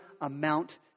amount